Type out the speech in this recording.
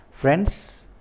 Friends